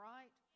Right